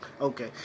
Okay